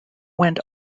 went